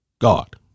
god